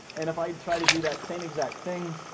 and if i try to do that same exact thing,